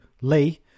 Lee